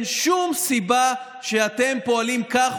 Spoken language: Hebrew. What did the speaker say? הכנסת.